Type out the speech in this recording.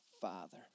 Father